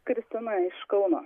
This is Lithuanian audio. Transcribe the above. kristina iš kauno